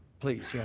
please. yeah